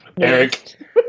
Eric